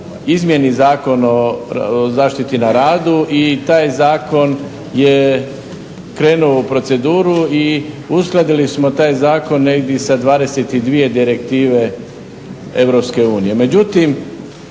izmjeni Zakon o zaštiti na radu i taj zakon je krenuo u proceduru i uskladili smo taj zakon negdje sa 22 direktive EU.